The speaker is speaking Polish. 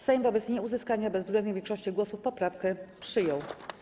Sejm wobec nieuzyskania bezwzględnej większości głosów poprawkę przyjął.